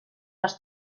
les